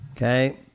Okay